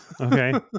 Okay